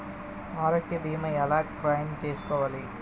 ఆరోగ్య భీమా ఎలా క్లైమ్ చేసుకోవాలి?